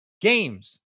games